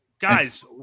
Guys